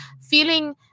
feeling